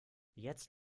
jetzt